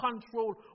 control